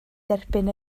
derbyn